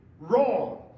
wrong